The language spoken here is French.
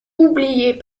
oubliées